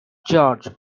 george